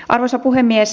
arvoisa puhemies